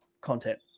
content